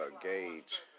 gauge